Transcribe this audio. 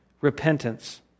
Repentance